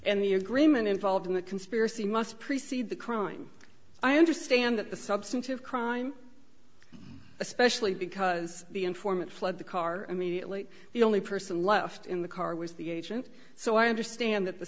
and the agreement involved in the conspiracy must precede the crime i understand that the substantive crime especially because the informant fled the car immediately the only person left in the car was the agent so i understand that the